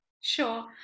Sure